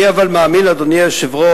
אני אבל מאמין, אדוני היושב-ראש,